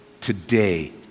today